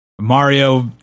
Mario